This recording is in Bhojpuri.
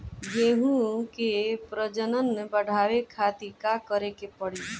गेहूं के प्रजनन बढ़ावे खातिर का करे के पड़ी?